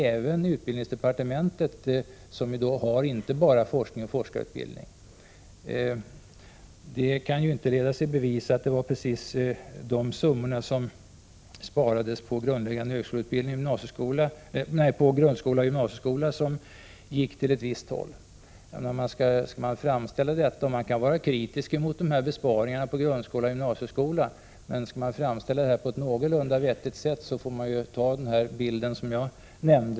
Det gällde även utbildningsdepartementet, som inte enbart har hand om forskning och forskarutbildning. Det kan dock inte ledas i bevis att det var just de summorna som sparades in på grundskolan och gymnasieskolan som gick till ett visst håll. Man kan vara kritisk mot dessa besparingar på grundskolan och gymnasieskolan, men skall man framställa detta på ett någorlunda vettigt sätt får man hålla sig till den bild som jag gav.